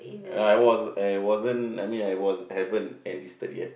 ya I was I wasn't I mean I was haven't enlisted yet